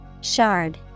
Shard